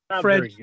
Fred